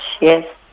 Yes